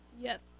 Yes